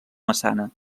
massana